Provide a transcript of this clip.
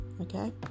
okay